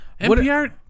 NPR